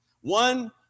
One